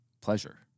pleasure